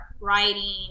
writing